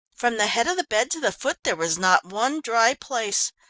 from the head of the bed to the foot there was not one dry place.